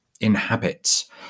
inhabits